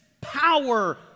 power